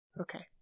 okay